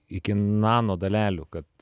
iki nanodalelių kad